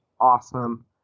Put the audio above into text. awesome